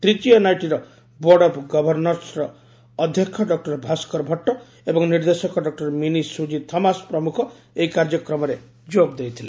ତ୍ରିଚୀ ଏନ୍ଆଇଟିର board of ଗଭର୍ଣ୍ଣର୍ସର ଅଧ୍ୟକ୍ଷ ଡକୁର ଭାସ୍କର ଭଟ୍ଟ ଏବଂ ନିର୍ଦ୍ଦେଶକ ଡକ୍ଟର ମିନି ସୁଜି ଥମାସ ପ୍ରମୁଖ ଏହି କାର୍ଯ୍ୟକ୍ରମରେ ଯୋଗ ଦେଇଥିଲେ